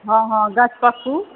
हँ हँ गछपक्कू